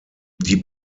die